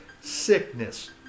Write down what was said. sickness